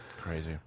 Crazy